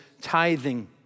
tithing